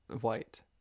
White